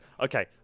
okay